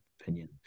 opinion